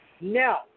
Now